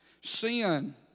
sin